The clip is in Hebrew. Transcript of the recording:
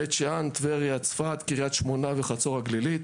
בית שאן, טבריה, צפת, קרית שמונה וחצור הגלילית.